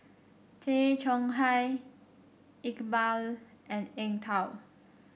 Tay Chong Hai Iqbal and Eng Tow